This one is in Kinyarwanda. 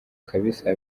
kbs